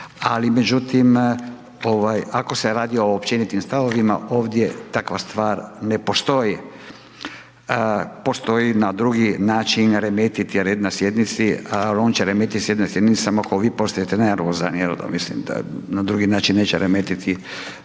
ali međutim, ako se radi o općenitim stavovima, ovdje takva stvar ne postoji. Postoji na drugi način remetiti red na sjednici, ali on će remetiti sjednicu samo ako vi postanete nervozan jer mislim, na drugi način neće remetiti